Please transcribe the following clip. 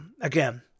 Again